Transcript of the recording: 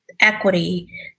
equity